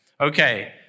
Okay